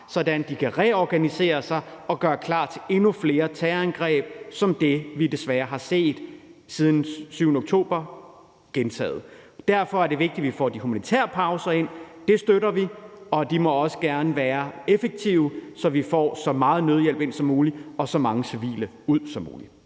at de kan reorganisere sig og gøre klar til endnu flere terrorangreb som det, vi desværre har set den 7. oktober. Derfor er det vigtigt, at vi får de humanitære pauser ind. Det støtter vi, og de må også gerne være effektive, så vi får så meget nødhjælp ind som muligt og så mange civile ud som muligt.